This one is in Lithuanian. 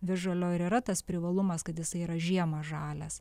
visžalio ir yra tas privalumas kad jisai yra žiemą žalias